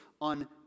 on